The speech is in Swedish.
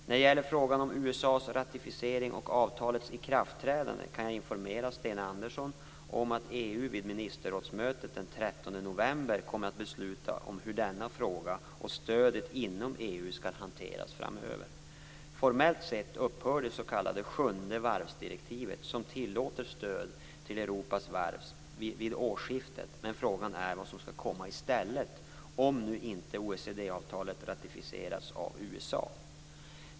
När det gäller frågan om USA:s ratificering och avtalets ikraftträdande kan jag informera Sten Andersson om att EU vid ministerrådsmötet den 13 november kommer att besluta hur denna fråga och stödet inom EU skall hanteras framöver. Formellt sett upphör det s.k. sjunde varvsdirektivet som tillåter stöd till Europas varv vid årsskiftet men frågan är vad som skall komma i stället om nu inte OECD-avtalet har ratificerats av USA.